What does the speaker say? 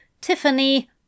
Tiffany